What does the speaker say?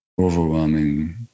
overwhelming